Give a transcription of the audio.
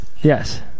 Yes